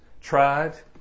tried